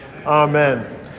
Amen